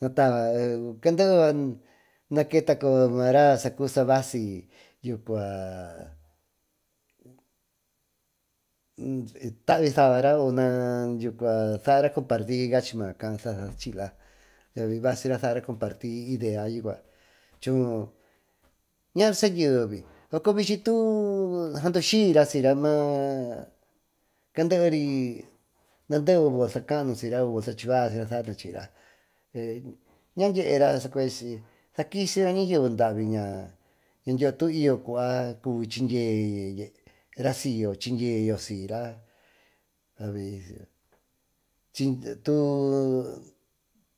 Mataba caadery maketa mara sabasy tabi sabara saara comparty cachy maa raa caa saachila saara comparty idea yucua choon naarysa yee pero bichy too sandu syira syra candeery naa debe bolka gaanusiyra o bolka chivaa saakisira ñayebe ñadyeyo tu y yocuba chindyeera si y yo chindyeera siyra aby tu